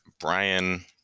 Brian